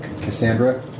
Cassandra